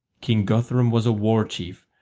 king guthrum was a war-chief,